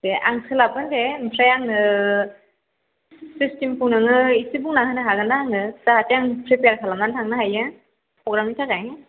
दे आं सोलाबगोन दे आमफ्राय आनो सिचटेमखौ नोङो एसे बुंना होनो हागोनदा आंनो जाहाथे आं प्रेफियार खालामना थांनो हायो प्रग्रामनि थाखाय